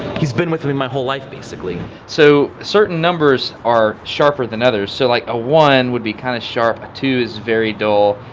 he's been with me my whole life, basically. destin so certain numbers are sharper than others. so, like, a one would be kind of sharp. a two is very dull.